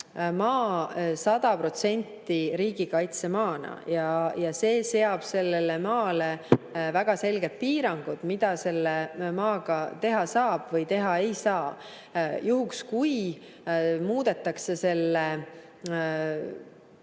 maa 100% riigikaitsemaana ja see seab sellele maale väga selged piirangud, mida selle maaga teha saab ja mida ei saa. Kui muudetakse selle